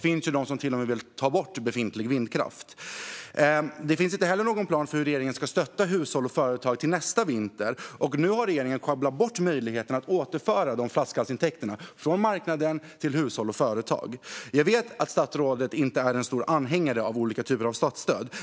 Vissa vill ju till och med ta bort befintlig vindkraft. Det finns inte heller någon plan för hur regeringen ska stötta hushåll och företag nästa vinter, och nu har regeringen sjabblat bort möjligheten att återföra flaskhalsintäkter från marknaden till hushåll och företag. Jag vet att statsrådet inte är en stor anhängare av olika typer av statsstöd.